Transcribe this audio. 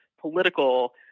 political